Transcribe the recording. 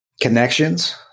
Connections